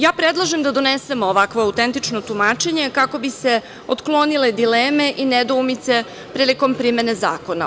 Ja predlažem da donesemo ovakvo autentično tumačenje kako bi se otklonile dileme i nedoumice prilikom primene zakona.